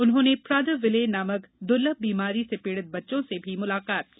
उन्होंने Prader Willi नामक दुर्लभ बीमारी से पीड़ित बच्चों से भी मुलाकात की